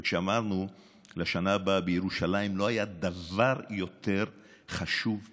וכשאמרנו "לשנה הבאה בירושלים" לא היה דבר יותר חשוב מזה.